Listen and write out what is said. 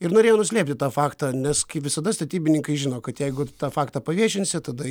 ir norėjo nuslėpti tą faktą nes kaip visada statybininkai žino kad jeigu tą faktą paviešinsi tada